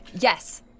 Yes